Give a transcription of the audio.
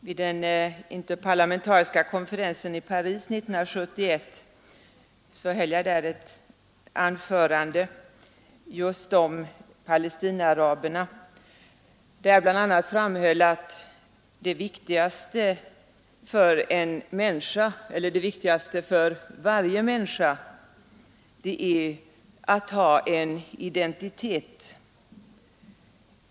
Vid den interparlamentariska konferensen i Paris 1971 höll jag ett anförande just om Palestinaaraberna, där jag bl.a. framhöll att det viktigaste för varje människa är att ha en identitet.